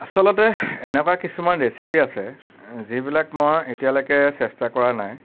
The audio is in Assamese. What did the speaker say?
আচলতে এনেকুৱা কিছুমান ৰেচিপি আছে যিবিলাক মই এতিয়ালেকে চেষ্টা কৰা নাই